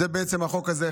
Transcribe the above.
זה בעצם החוק הזה,